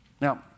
Now